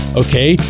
okay